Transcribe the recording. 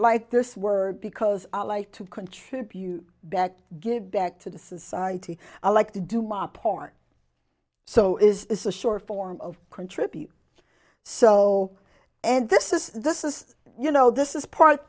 like this word because i like to contribute back give back to the society i like to do my part so is the short form of contribute so and this is this is you know this is part